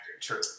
True